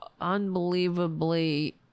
unbelievably